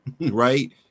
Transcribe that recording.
right